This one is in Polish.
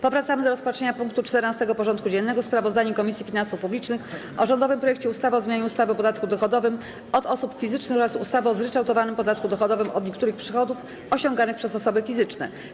Powracamy do rozpatrzenia punktu 14. porządku dziennego: Sprawozdanie Komisji Finansów Publicznych o rządowym projekcie ustawy o zmianie ustawy o podatku dochodowym od osób fizycznych oraz ustawy o zryczałtowanym podatku dochodowym od niektórych przychodów osiąganych przez osoby fizyczne.